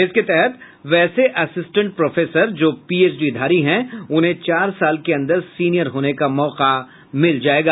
इसके तहत वैसे असिस्टेंट प्रोफेसर जो पीएचडी धारी हैं उन्हें चार साल के अंदर सीनियर होने का मौका मिल जायेगा